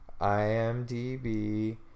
IMDb